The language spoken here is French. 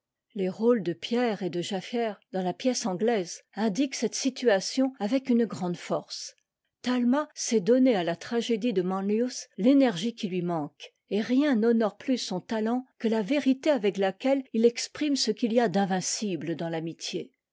les rôles de pierre et de jaffier dans la pièce anglaise indiquent cette situation avec une grande force talma sait donner à la tragédie de manlius l'énergie qui lui manque et rien n'honore plus son talent que la vérité avec laquelle il exprime ce qu'il y a d'invincible dans t'amitié